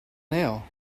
nail